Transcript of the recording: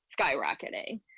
skyrocketing